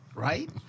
Right